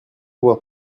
avoir